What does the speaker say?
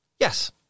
Yes